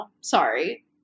Sorry